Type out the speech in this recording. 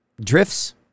Drifts